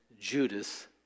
Judas